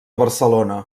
barcelona